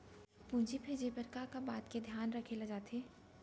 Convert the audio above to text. पूंजी भेजे बर का का बात के धियान ल रखे जाथे?